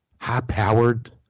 high-powered